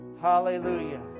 Hallelujah